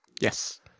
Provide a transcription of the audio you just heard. Yes